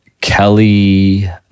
Kelly